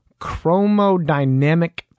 chromodynamic